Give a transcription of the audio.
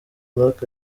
black